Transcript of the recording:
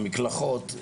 המקלחות,